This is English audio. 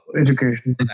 education